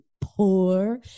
poor